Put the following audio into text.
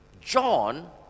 John